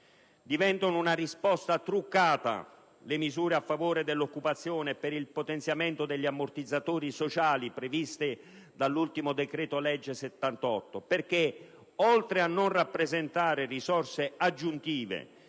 Diventano una risposta truccata le misure a favore dell'occupazione e per il potenziamento degli ammortizzatori sociali previste dall'ultimo decreto-legge n. 78 del 2009 perché, oltre a non rappresentare risorse aggiuntive,